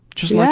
just yeah